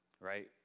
right